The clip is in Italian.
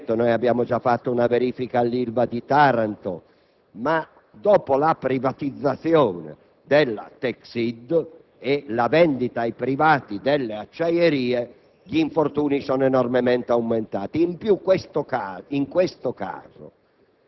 quello delle acciaierie, che ne è particolarmente soggetto. Abbiamo già fatto una verifica all'ILVA di Taranto, ma dopo la privatizzazione della Texid e la vendita ai privati delle acciaierie,